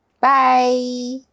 Bye